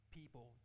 people